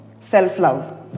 self-love